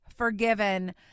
forgiven